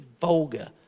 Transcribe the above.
vulgar